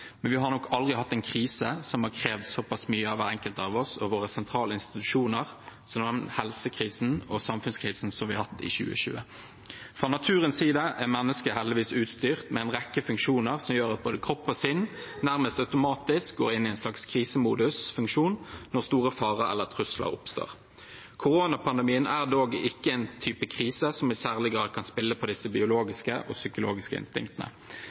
Men vi har nok aldri hatt en krise som har krevd såpass mye av hver enkelt av oss og våre sentrale institusjoner som den helse- og samfunnskrisen som vi har hatt i 2020. Fra naturens side er mennesket heldigvis utstyrt med en rekke funksjoner som gjør at både kropp og sinn nærmest automatisk går inn i en slags krisemodusfunksjon når store farer eller trusler oppstår. Koronapandemien er dog ikke en type krise som i særlig grad kan spille på disse biologiske og psykologiske